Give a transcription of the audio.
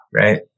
right